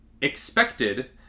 expected